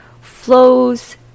flows